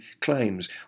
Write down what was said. claims